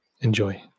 Enjoy